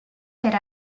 per